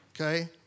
okay